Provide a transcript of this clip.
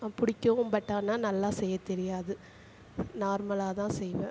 பிடிக்கும் பட் ஆனால் நல்லா செய்ய தெரியாது நார்மலாக தான் செய்வேன்